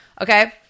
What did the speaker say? Okay